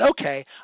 okay